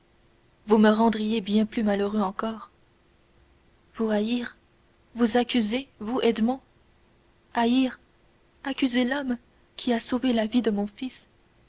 vous me rendriez bien plus malheureux encore vous haïr vous accuser vous edmond haïr accuser l'homme qui a sauvé la vie de mon fils